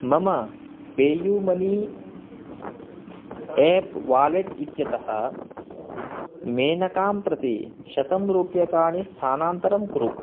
मम PayU Money app wallet इत्यतः मेनकां प्रति शतं रूप्यकाणि स्थानान्तरं कुरु